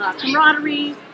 camaraderie